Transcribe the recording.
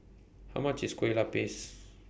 How much IS Kueh Lapis